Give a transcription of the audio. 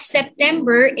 September